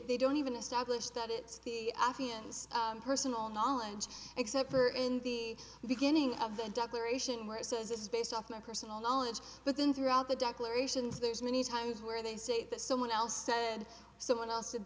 don't even establish that it's the affianced personal knowledge except for in the beginning of the declaration where it says it is based off my personal knowledge but then throughout the declarations there's many times where they say that someone else said someone else